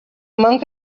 monk